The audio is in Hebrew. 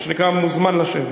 כן, מה שנקרא: מוזמן לשבת.